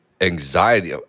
anxiety